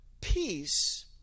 peace